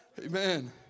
amen